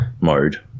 mode